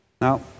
Now